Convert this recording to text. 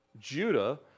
Judah